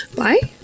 bye